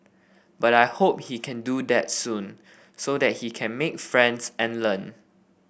but I hope he can do that soon so that he can make friends and learn